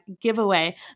giveaway